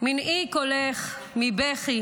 "מנעי קולך מבכי